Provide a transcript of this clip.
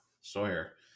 Sawyer